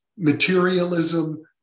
Materialism